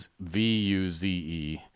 V-U-Z-E